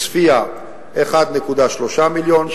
עוספיא, 1.3 מיליון.